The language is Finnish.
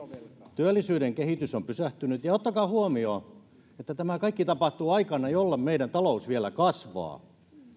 työllisyyden kehitys on pysähtynyt ja ottakaa huomioon että tämä kaikki tapahtuu aikana jolloin meidän talous vielä kasvaa